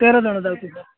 ତେର ଜଣ ଯାଉଛୁ